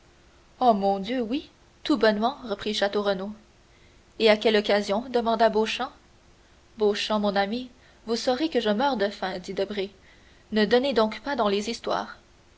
oh mon dieu oui tout bonnement reprit château renaud et à quelle occasion demanda beauchamp beauchamp mon ami vous saurez que je meurs de faim dit debray ne donnez donc pas dans les histoires